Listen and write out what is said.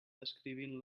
descrivint